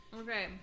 Okay